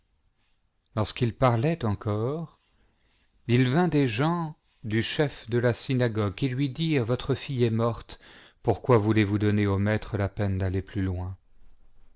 lorsqu'il parlait encore il vint des gens du chef de la synagogue qui lui dirent votre fille est morte pourquoi voulez-vous donner au maître la peine d'aller plus loin